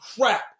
crap